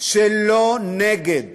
שלא נגד